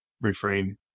refrain